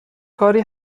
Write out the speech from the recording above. کاری